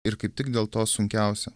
ir kaip tik dėl to sunkiausia